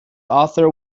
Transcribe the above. author